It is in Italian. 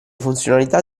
funzionalità